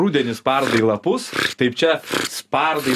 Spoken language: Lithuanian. rudenį spardai lapus taip čia spardai